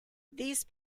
these